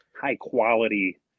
high-quality